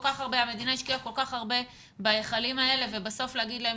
המדינה השקיעה כל כך הרבה בהיכלים האלה ובסוף להגיד להם,